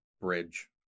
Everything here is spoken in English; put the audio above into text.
bridge